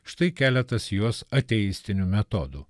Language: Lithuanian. štai keletas juos ateistinių metodų